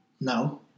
No